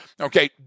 Okay